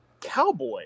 cowboy